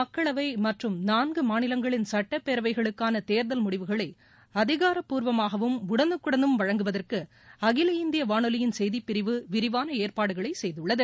மக்களவை மற்றும் நான்கு மாநிலங்களின் சட்டப்பேரவைகளுக்கான தேர்தல் முடிவுகளை அதிகாரபூர்வமாகவும் உடனுக்குடனும் வழங்குவதற்கு அகில இந்திய வானொலியின் செய்திப்பிரிவு விரிவான ஏற்பாடுகளை செய்துள்ளது